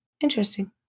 Interesting